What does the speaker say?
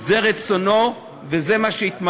זה רצונו, וזה מה שיתממש.